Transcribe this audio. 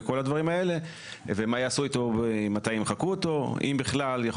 מה יעשו איתו ומתי ימחקו אותו אם בכלל יכול